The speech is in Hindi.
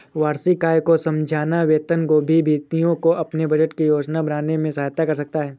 वार्षिक आय को समझना वेतनभोगी व्यक्तियों को अपने बजट की योजना बनाने में सहायता कर सकता है